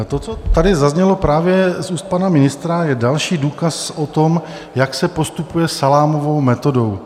To, co tady zaznělo právě z úst pana ministra, je další důkaz o tom, jak se postupuje salámovou metodou.